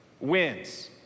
wins